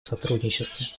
сотрудничестве